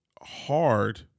hard